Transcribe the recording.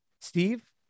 Steve